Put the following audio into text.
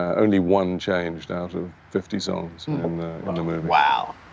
only one changed out of fifty songs in the movie. wow.